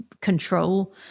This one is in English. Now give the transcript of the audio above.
control